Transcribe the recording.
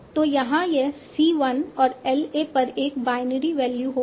तो यहां यह c 1 और LA पर एक बायनरी वैल्यू होगा